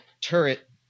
turret